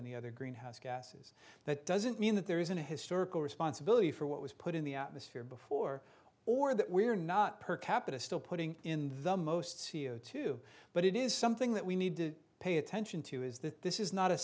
the other greenhouse gases that doesn't mean that there isn't a historical responsibility for what was put in the atmosphere before or that we're not per capita still putting in the most c o two but it is something that we need to pay attention to is that this is not a